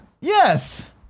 Yes